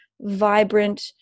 vibrant